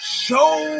show